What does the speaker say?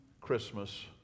christmas